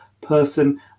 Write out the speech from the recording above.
person